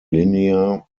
linear